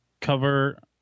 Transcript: cover –